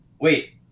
Wait